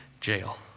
jail